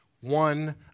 one